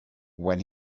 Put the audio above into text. when